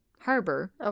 Harbor